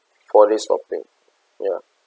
for this topic ya